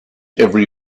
every